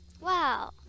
Wow